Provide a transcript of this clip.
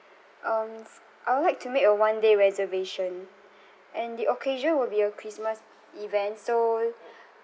um f~ I would like to make a one day reservation and the occasion will be a christmas event so